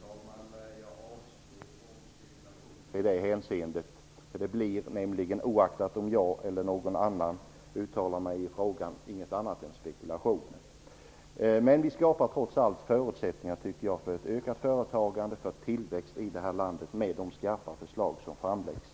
Fru talman! Jag avstår från spekulationer i det hänseendet, för oaktat om jag eller någon annan gör ett uttalande i frågan blir det nämligen inget annat än spekulationer. Men vi skall trots allt skapa förutsättningar för ett ökat företagande och tillväxt i landet med de skarpa förslag som framläggs.